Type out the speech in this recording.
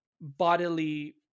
bodily